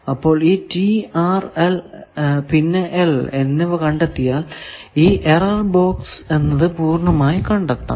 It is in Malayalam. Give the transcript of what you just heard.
അപ്പോൾ ഈ T R പിന്നെ L എന്നിവ കണ്ടെത്തിയാൽ ഈ എറർ ബോക്സ് എന്നത് പൂർണമായി കണ്ടെത്താം